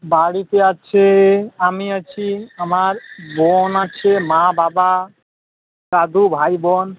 বাড়িতে আছে আমি আছি আমার বোন আছে মা বাবা দাদু ভাই বোন